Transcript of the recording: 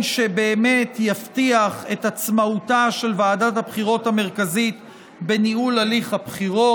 שבאמת יבטיח את עצמאותה של ועדת הבחירות המרכזית בניהול הליך הבחירות.